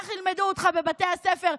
כך ילמדו אותך בבתי הספר,